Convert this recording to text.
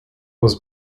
was